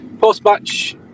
post-match